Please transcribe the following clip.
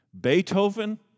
beethoven